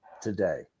today